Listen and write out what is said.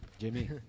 jimmy